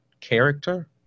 character